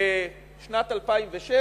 בשנת 2006,